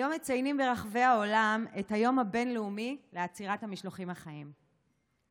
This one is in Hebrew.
היום מציינים ברחבי העולם את היום הבין-לאומי לעצירת המשלוחים החיים,